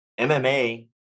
MMA